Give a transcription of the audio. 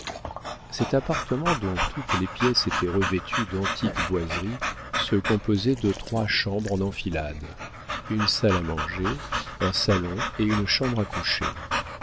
cet appartement dont toutes les pièces étaient revêtues d'antiques boiseries se composait de trois chambres en enfilade une salle à manger un salon et une chambre à coucher